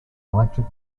electric